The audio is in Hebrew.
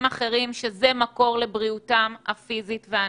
אחרים שזה מקור לבריאותם הפיזית והנפשית.